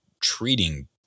treating